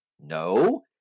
No